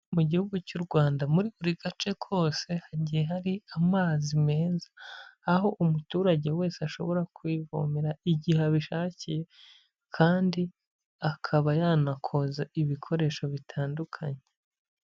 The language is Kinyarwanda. Mu gihugu cy'u Rwanda muri buri gace kose hagiye hari amazi meza, aho umuturage wese ashobora kwivomera igihe abishakiye kandi akaba yanakoza ibikoresho bitandukanye.